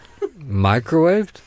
Microwaved